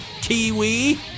kiwi